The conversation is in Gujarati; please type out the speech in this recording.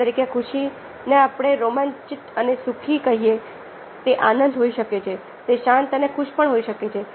દાખલા તરીકે ખુશીને આપણે રોમાંચિત અને સુખી કહીએ તે આનંદ હોઈ શકે છે તે શાંત અને ખુશ પણ હોઈ શકે છે